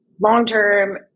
long-term